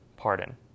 pardon